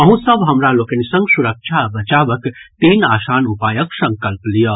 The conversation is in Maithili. अहूँ सभ हमरा लोकनि संग सुरक्षा आ बचावक तीन आसान उपायक संकल्प लियऽ